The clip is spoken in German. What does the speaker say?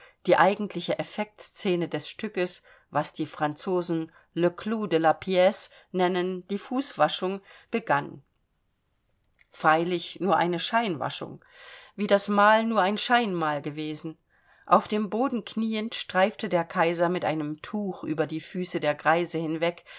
die eigentliche effektscene des stückes was die franzosen le clou de la pice nennen die fußwaschung begann freilich nur eine scheinwaschung wie das mahl nur ein scheinmahl gewesen auf dem boden knieend streifte der kaiser mit einem tuch über die füße der greise hinweg